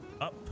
Up